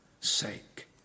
sake